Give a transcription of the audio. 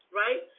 right